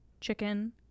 Chicken